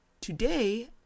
today